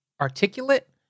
articulate